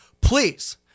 please